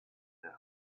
their